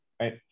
right